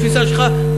תפיסה שלך,